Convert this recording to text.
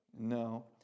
No